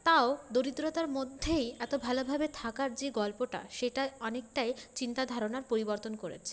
তাও দরিদ্রতার মধ্যেই এতো ভালোভাবে থাকার যে গল্পটা সেটা অনেকটাই চিন্তাধারণার পরিবর্তন করেছে